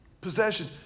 Possession